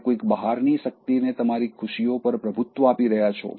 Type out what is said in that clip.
તમે કોઈક બહારની શક્તિને તમારી ખુશીઓ પર પ્રભુત્વ આપી રહ્યા છો